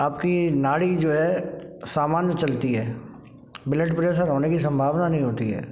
आपकी नाड़ी जो है सामान्य चलती है ब्लड प्रेसर होने की संभावना नहीं होती है